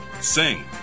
sing